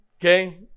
Okay